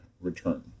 return